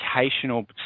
educational